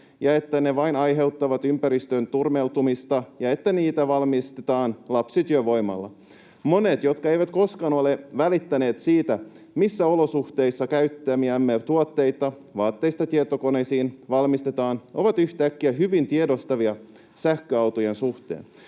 että ne vain aiheuttavat ympäristön turmeltumista ja että niitä valmistetaan lapsityövoimalla. Monet, jotka eivät koskaan ole välittäneet siitä, missä olosuhteissa käyttämiämme tuotteita vaatteista tietokoneisiin valmistetaan, ovat yhtäkkiä hyvin tiedostavia sähköautojen suhteen.